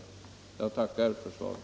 Jag tackar för svaret.